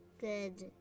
Good